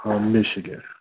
Michigan